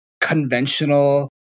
conventional